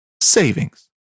savings